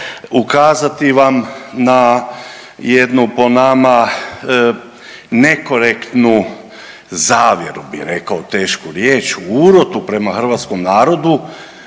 ukazati vam na jednu po nama nekorektnu zavjeru bih rekao tešku riječ, urotu prema hrvatskom narodu,